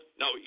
no